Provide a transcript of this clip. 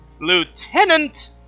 Lieutenant